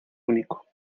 único